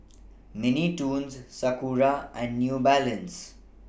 Mini Toons Sakura and New Balance